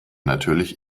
natürlich